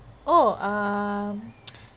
oh err